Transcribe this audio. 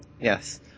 yes